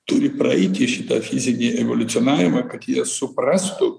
turi praeiti šitą fizinį evoliucionavimą kad jie suprastų